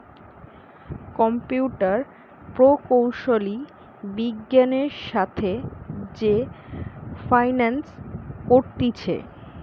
computer প্রকৌশলী বিজ্ঞানের সাথে যে ফাইন্যান্স করতিছে